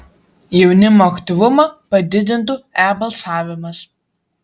jaunimo aktyvumą padidintų e balsavimas